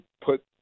put